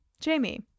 Jamie